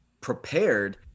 prepared